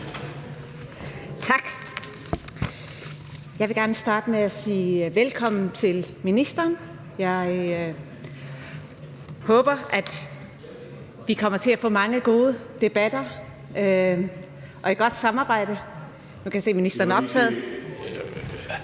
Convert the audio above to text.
Tak. Jeg vil gerne starte med at sige velkommen til ministeren. Jeg håber, at vi kommer til at få mange gode debatter og et godt samarbejde. Jeg kan se, at ministeren er optaget. Kl.